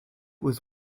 was